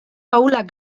ahulak